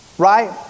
right